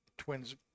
Twins